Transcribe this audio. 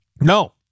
No